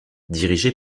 dirigée